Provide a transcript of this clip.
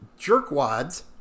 jerkwads